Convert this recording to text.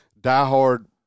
diehard